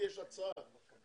יש לי הצעה אחרת.